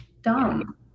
dumb